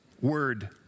word